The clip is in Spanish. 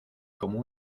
como